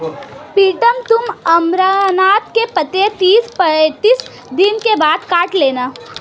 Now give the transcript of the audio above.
प्रीतम तुम अमरनाथ के पत्ते तीस पैंतीस दिन के बाद काट लेना